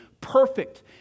perfect